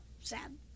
sad